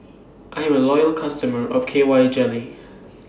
I Am A Loyal customer of K Y Jelly